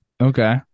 Okay